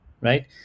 right